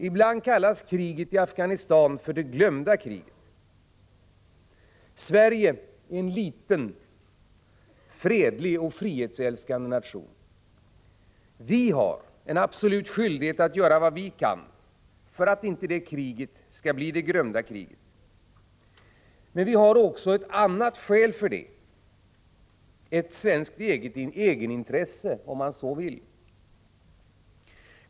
Ibland kallas kriget i Afghanistan för det glömda kriget. Sverige är en liten fredlig och frihetsälskande nation. Vi har en absolut skyldighet att göra vad vi kan för att inte kriget i Afghanistan skall bli det glömda kriget. Men vi har också ett annat skäl — ett svenskt egenintresse, om man så vill.